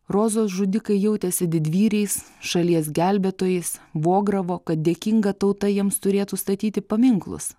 rozos žudikai jautėsi didvyriais šalies gelbėtojais vogravo kad dėkinga tauta jiems turėtų statyti paminklus